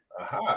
Aha